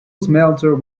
smelter